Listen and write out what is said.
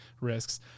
risks